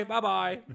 Bye-bye